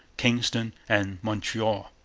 kingston, and montreal